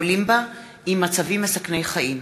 החולים בה עם מצבים מסכני חיים,